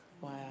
Wow